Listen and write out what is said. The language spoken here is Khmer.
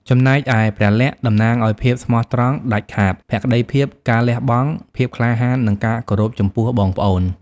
ចំណែកឯ ព្រះលក្សណ៍ តំណាងឱ្យ ភាពស្មោះត្រង់ដាច់ខាត ភក្ដីភាព ការលះបង់ ភាពក្លាហាន និងការគោរពចំពោះបងប្អូន ។